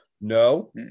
No